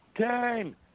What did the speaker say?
Time